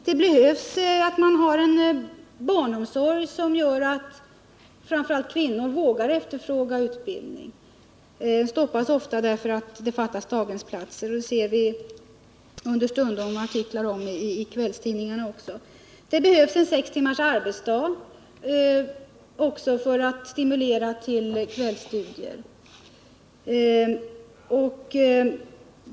Det behövs en barnomsorg som gör att framför allt kvinnor vågar efterfråga utbildning. De stoppas ofta, därför att det fattas daghemsplatser. Detta kan man understundom läsa om i kvällstidningarna också. Vidare behöver sex timmars arbetsdag införas för att människor skall stimuleras till kvällsstudier.